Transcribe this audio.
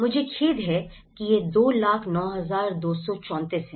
मुझे खेद है कि यह 209234 है